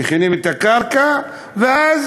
מכינים את הקרקע, ואז